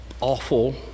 awful